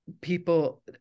people